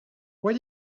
why